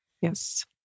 Yes